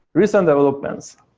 recent developments,